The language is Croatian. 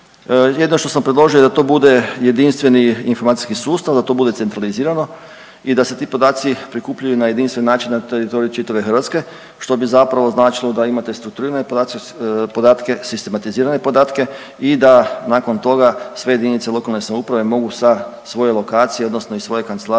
Jedino što sam predložio da to bude jedinstveni informacijski sustav, da to bude centralizirano i da se ti podaci prikupljaju na jedinstven način na teritoriju čitave Hrvatske što bi zapravo značilo da imate strukturirane podatke, sistematizirane podatke i da nakon toga sve jedinice lokalne samouprave mogu sa svoje lokacije odnosno iz svoje kancelarije